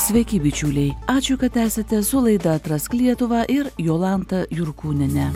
sveiki bičiuliai ačiū kad esate su laida atrask lietuvą ir jolanta jurkūniene